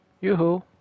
Yoo-hoo